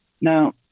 Now